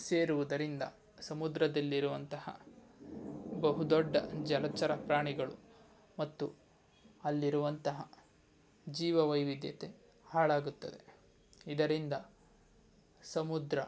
ಸೇರುವುದರಿಂದ ಸಮುದ್ರದಲ್ಲಿರುವಂತಹ ಬಹುದೊಡ್ಡ ಜಲಚರ ಪ್ರಾಣಿಗಳು ಮತ್ತು ಅಲ್ಲಿರುವಂತಹ ಜೀವ ವೈವಿಧ್ಯತೆ ಹಾಳಾಗುತ್ತದೆ ಇದರಿಂದ ಸಮುದ್ರ